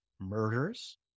murders